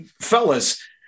fellas